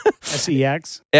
SEX